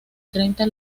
treinta